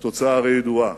והתוצאה הרי ידועה,